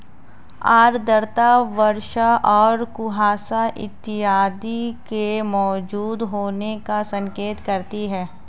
आर्द्रता वर्षा और कुहासा इत्यादि के मौजूद होने का संकेत करती है